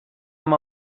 amb